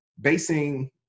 basing